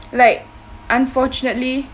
like unfortunately